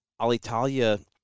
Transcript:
Alitalia